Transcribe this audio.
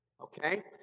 Okay